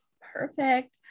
Perfect